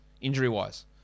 injury-wise